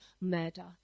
murder